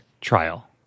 trial